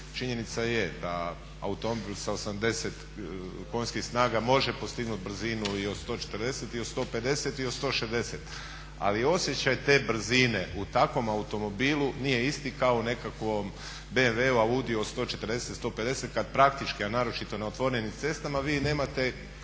Činjenica je da automobil sa 80 konjskih snaga može postići brzinu i od 140 i od 150 i od 160 ali osjećaj te brzine u takvom automobilu nije isti kao u nekakvom BMW-u, AUDI-u od 140 i 150 kad praktički, a naročito na otvorenim cestama, vi nemate